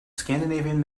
scandinavian